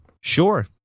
Sure